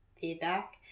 feedback